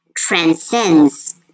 transcends